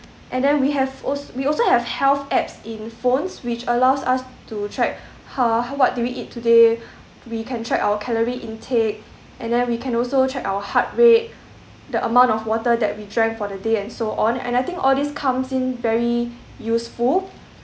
and then we have also we also have health apps in phones which allows us to track h~ what do we eat today we can track our calorie intake and then we can also track our heart rate the amount of water that we drank for the day and so on and I think all these comes in very useful